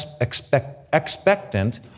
expectant